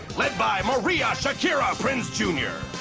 led by maria shakira prinze jr.